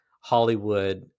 hollywood